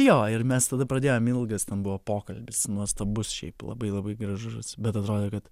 jo ir mes tada pradėjome ilgas ten buvo pokalbis nuostabus šiaip labai labai gražus bet atrodė kad